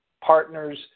partners